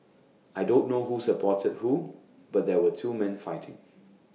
I don't know who supported who but there were two man fighting